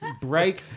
break